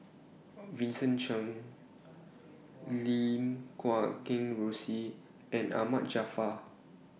Vincent Cheng Lim Guat Kheng Rosie and Ahmad Jaafar